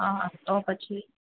અ તો પછી